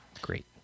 great